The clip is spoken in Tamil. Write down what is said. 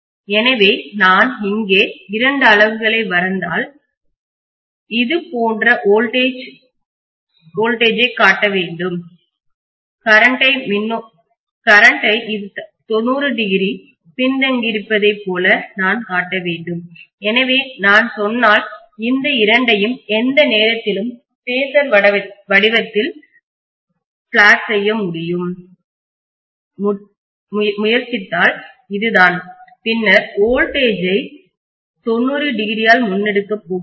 எனவே நான் இங்கே இரண்டு அளவுகளை வரைந்தால் இது போன்ற வோல்டேஜ்ஜைமின்னழுத்தத்தைக் காட்ட வேண்டும் கரண்ட்டை மின்னோட்டத்தை இது 90o பின்தங்கியிருப்பதைப் போல நான் காட்ட வேண்டும் எனவே நான் சொன்னால் இந்த இரண்டையும் எந்த நேரத்திலும் பேஸர் வடிவத்தில் பிளாட் செய்ய வரைய முயற்சித்தால் கரண்ட்மின்னோட்டம் இதுதான் பின்னர் வோல்டேஜ்ஜை மின்னழுத்தத்தை 90o ஆல் முன்னெடுக்கப் போகிறேன்